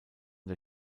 der